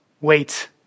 Wait